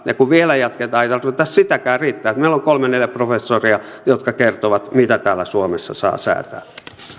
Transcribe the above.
ja kun vielä jatketaan ei tarvita sitäkään vaan riittää että meillä on kolme viiva neljä professoria jotka kertovat mitä täällä suomessa saa säätää